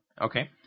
Okay